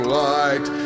light